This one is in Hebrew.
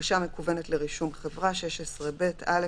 "בקשה מקוונת לרישום חברה 16ב (א)